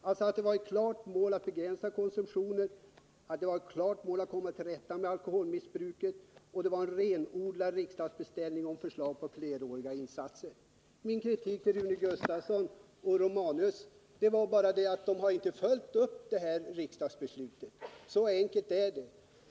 Det var alltså ett klart mål att begränsa konsumtionen och komma till rätta med alkoholmissbruket, och det var en renodlad riksdagsbeställning om förslag till fleråriga insatser. Min kritik mot Rune Gustavsson och Gabriel Romanus gällde bara att de inte har följt det här riksdagsbeslutet. Så enkelt är det.